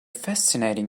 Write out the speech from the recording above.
fascinating